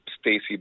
Stacey